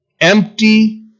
empty